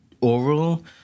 oral